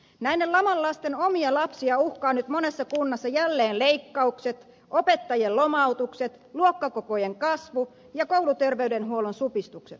näiden laman lasten omia lapsia uhkaavat nyt monessa kunnassa jälleen leikkaukset opettajien lomautukset luokkakokojen kasvu ja kouluterveydenhuollon supistukset